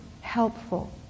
helpful